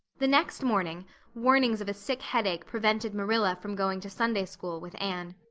the next morning warnings of a sick headache prevented marilla from going to sunday-school with anne.